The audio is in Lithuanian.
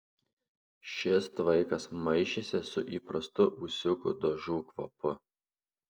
šis tvaikas maišėsi su įprastu ūsiukų dažų kvapu